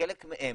שחלק מהן